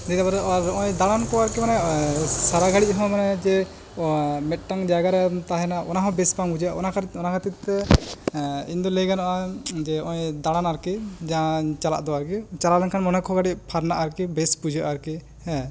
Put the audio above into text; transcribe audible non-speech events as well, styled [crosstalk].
ᱱᱤᱜᱟᱹᱵᱟᱹᱨᱟᱹ [unintelligible] ᱟᱨ ᱱᱚᱜᱼᱚᱭ ᱫᱟᱬᱟᱱ ᱠᱚ ᱟᱨ ᱠᱮ ᱢᱟᱱᱮ ᱥᱟᱨᱟ ᱜᱷᱟᱹᱲᱤᱡ ᱦᱚᱸ ᱢᱟᱱᱮ ᱡᱮ ᱢᱤᱫ ᱴᱟᱝ ᱡᱟᱭᱜᱟ ᱨᱮᱢ ᱛᱟᱦᱮᱱᱟ ᱚᱱᱟ ᱦᱚᱸ ᱵᱮᱥ ᱵᱟᱢ ᱵᱩᱡᱷᱟᱹᱣᱟ ᱚᱱᱟ ᱚᱱᱟ ᱠᱷᱟᱹᱛᱤᱨ ᱛᱮ ᱤᱧ ᱫᱚ ᱞᱟᱹᱭ ᱜᱟᱱᱚᱜᱼᱟ ᱡᱮ ᱱᱚᱜᱼᱚᱭ ᱫᱟᱬᱟᱱ ᱟᱨᱠᱤ ᱢᱟᱦᱟᱸ ᱪᱟᱞᱟᱜ ᱫᱚ ᱟᱨᱠᱤ ᱪᱟᱞᱟᱣ ᱞᱮᱱ ᱠᱷᱟᱱ ᱢᱚᱱᱮ ᱠᱚ ᱠᱟᱹᱴᱤᱡ ᱯᱷᱟᱨᱱᱟᱜᱼᱟ ᱟᱨᱠᱤ ᱵᱮᱥ ᱵᱩᱡᱷᱟᱹᱜᱼᱟ ᱟᱨᱠᱤ ᱦᱮᱸ